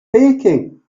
baking